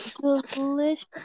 Delicious